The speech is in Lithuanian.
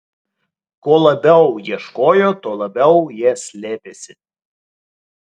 kuo labiau ieškojo tuo labiau jie slėpėsi